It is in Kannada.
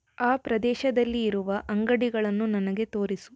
ಆ ಪ್ರದೇಶದಲ್ಲಿ ಇರುವ ಅಂಗಡಿಗಳನ್ನು ನನಗೆ ತೋರಿಸು